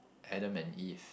Adam and Eve